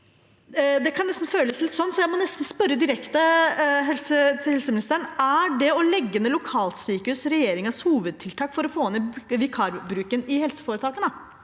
jeg må nesten spørre helseministeren direkte: Er det å legge ned lokalsykehus regjeringens hovedtiltak for å få ned vikarbruken i helseforetakene?